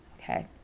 Okay